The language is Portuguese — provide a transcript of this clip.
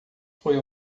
foi